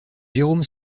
jérôme